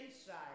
inside